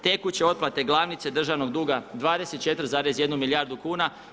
Tekuće otplate, glavnice državnog duga 24,1 milijardu kuna.